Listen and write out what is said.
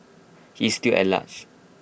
he is still at large